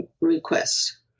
request